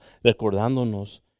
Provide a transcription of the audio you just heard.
recordándonos